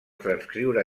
transcriure